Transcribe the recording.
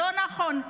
לא נכון,